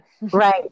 right